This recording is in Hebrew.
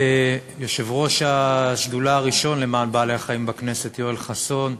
יושב-ראש השדולה הראשון למען בעלי-החיים בכנסת יואל חסון,